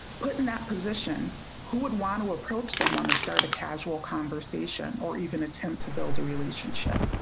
but in that position who would want to approach someone to start a casual conversation or even attempt to build a relationship.